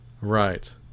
Right